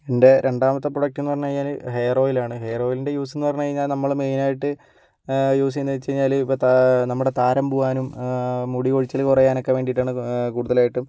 എൻ്റെ രണ്ടാമത്തെ പ്രോഡക്റ്റെന്ന് പറഞ്ഞു കഴിഞ്ഞാൽ ഹെയർ ഓയിലാണ് ഹെയർ ഓയിലിൻ്റെ യൂസെന്ന് പറഞ്ഞ് കഴിഞ്ഞാൽ നമ്മൾ മെയിനായിട്ട് യൂസ് ചെയ്യുന്ന വെച്ചുകഴിഞ്ഞാൽ ഇപ്പം നമ്മുടെ താരൻ പോകാനും മുടികൊഴിച്ചിൽ കുറയാനൊക്കെ വേണ്ടിയിട്ടാണ് കൂടുതലായിട്ടും